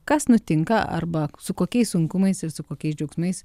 kas nutinka arba su kokiais sunkumais ir su kokiais džiaugsmais